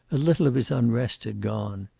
a little of his unrest had gone.